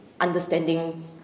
understanding